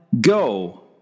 Go